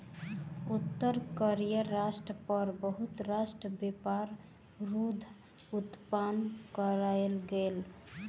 उत्तर कोरिया राष्ट्र पर बहुत राष्ट्र व्यापार रोध उत्पन्न कयलक